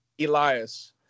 Elias